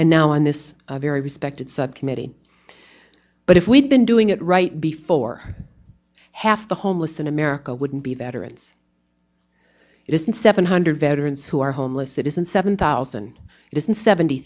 and now on this very respected subcommittee but if we'd been doing it right before for half the homeless in america wouldn't be veterans it isn't seven hundred veterans who are homeless it isn't seven thousand it isn't seventy